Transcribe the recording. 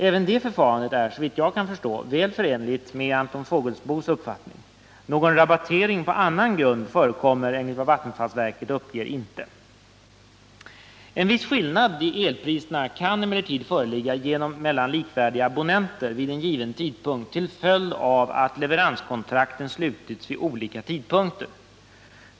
Även det förfarandet är, såvitt jag kan förstå, väl förenligt med Anton Fågelsbos uppfattning. Någon rabattering på annan grund förekommer enligt vattenfallsverket inte. En viss skillnad i elpriserna kan emellertid föreligga mellan likvärdiga abonnenter vid en given tidpunkt till följd av att leveranskontrakten slutits vid olika tidpunkter.